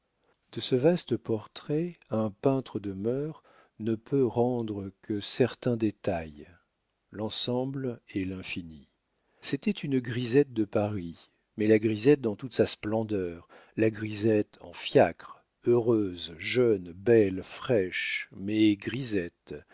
de ce vaste portrait un peintre de mœurs ne peut rendre que certains détails l'ensemble est l'infini c'était une grisette de paris mais la grisette dans toute sa splendeur la grisette en fiacre heureuse jeune belle fraîche mais grisette